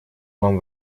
вам